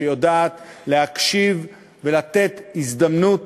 שיודעת להקשיב ולתת הזדמנות